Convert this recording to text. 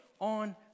on